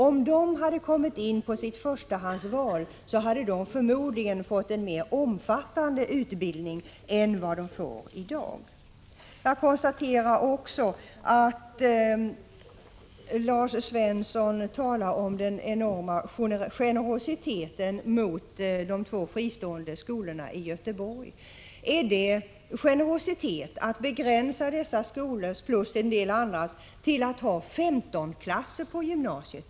Om de hade fått plats enligt sitt förstahandsval, hade de förmodligen fått en mer omfattande utbildning än vad de får i dag. Lars Svensson talar vidare om den enorma generositeten mot de två fristående skolorna i Göteborg. Är det generositet att begränsa dessa och en del andra skolors möjligheter till att ha 15-klasser på gymnasiet?